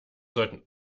sollten